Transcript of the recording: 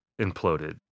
imploded